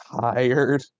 tired